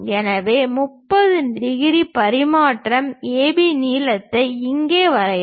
எனவே 30 டிகிரி பரிமாற்ற AB நீளத்தை இங்கே வரையவும்